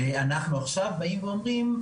אנחנו עכשיו באים ואומרים: